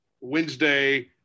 Wednesday